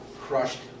crushed